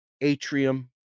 atrium